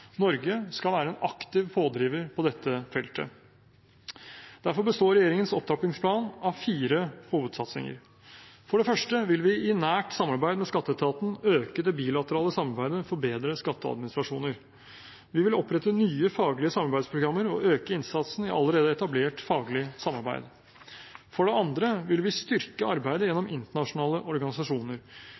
Norge skal være en aktiv pådriver på dette feltet. Derfor består regjeringens opptrappingsplan av fire hovedsatsinger. For det første vil vi i nært samarbeid med skatteetaten øke det bilaterale samarbeidet for bedre skatteadministrasjoner. Vi vil opprette nye faglige samarbeidsprogrammer og øke innsatsen i allerede etablert faglig samarbeid. For det andre vil vi styrke arbeidet gjennom internasjonale organisasjoner.